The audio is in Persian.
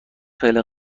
خیلی